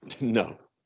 No